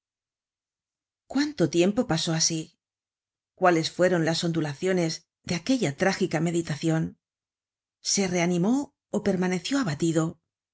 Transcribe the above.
cuánt tiempo pasó asi cuáles fueron las ondulaciones de aquella trágica meditacion se reanimó ó permaneció abatido